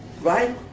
right